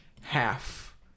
half